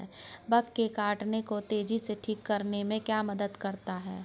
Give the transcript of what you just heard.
Bug के काटने को तेजी से ठीक करने में क्या मदद करता है?